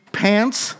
pants